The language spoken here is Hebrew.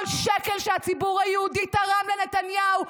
כל שקל שהציבור היהודי תרם לנתניהו,